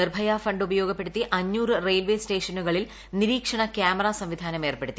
Nirbhaya fund ഉപയോഗപ്പെടുത്തി ട്ടും railway സ്റ്റേഷനുകളിൽ നിരീക്ഷണ ക്യാമറ സംവിധാന്യം ഏർപ്പെടുത്തി